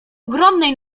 ogromnej